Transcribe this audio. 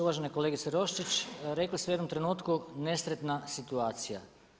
Uvažena kolegice Roščić, rekli ste u jednom trenutku, nesretna situacija.